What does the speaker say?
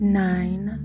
nine